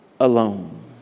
alone